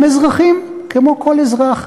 הם אזרחים כמו כל אזרח.